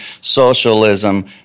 socialism